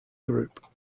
group